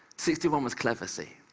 sixty one was clever, see,